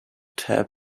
tab